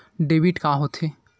Debit का होथे?